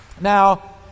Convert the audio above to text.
Now